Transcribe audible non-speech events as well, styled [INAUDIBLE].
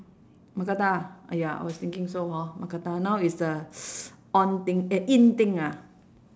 mookata !aiya! I was thinking so hor mookata now is the [NOISE] on thing uh in thing ah